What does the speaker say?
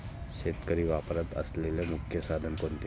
शेतकरी वापरत असलेले मुख्य साधन कोणते?